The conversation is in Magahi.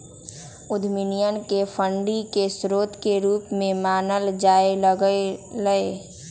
उद्यमियन के फंडिंग के स्रोत के रूप में मानल जाय लग लय